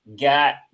got